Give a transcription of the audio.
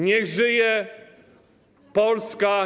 Niech żyje Polska!